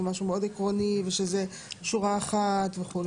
משהו מאוד עקרוני ושזה שורה אחרת וכו',